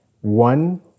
One